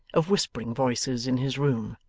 of whispering voices in his room.